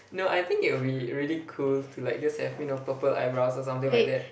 no I think it'll be really cool to like just have you know purple eyebrows or something like that